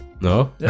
No